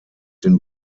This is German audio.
den